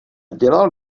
dělal